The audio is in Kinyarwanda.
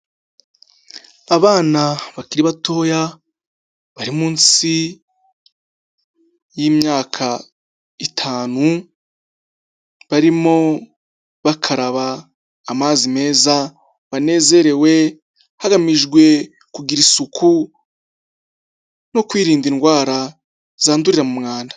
Abana bakiri batoya, bari munsi y'imyaka itanu, barimo bakaraba amazi meza banezerewe, hagamijwe kugira isuku no kwirinda indwara zandurira mu mwanda.